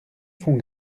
fonds